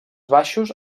baixos